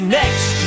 next